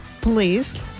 please